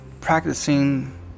practicing